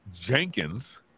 jenkins